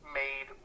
made